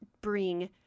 bring